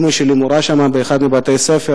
אמא שלי מורה שם באחד מבתי-הספר.